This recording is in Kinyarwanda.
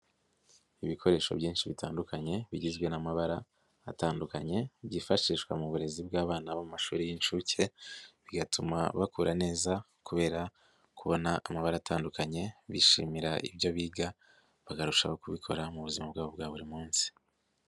Ibikoresho byinshi bitandukanye bigizwe n'amabara atandukanye byifashishwa mu burezi bw'abana bo mu mashuri y'inshuke bigatuma bakura neza kubera kubona amabara atandukanye bishimira ibyo biga bakarushaho kubikora mu buzima bwabo bwa buri munsi.